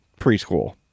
preschool